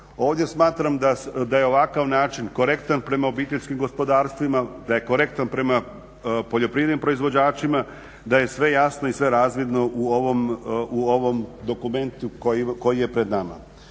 Ovdje smatram da je ovakav način korektan prema obiteljskim gospodarstvima, da je korektan prema poljoprivrednim proizvođačima, da je sve jasno i sve razvidno u ovom dokumentu koji je pred nama.